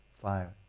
fire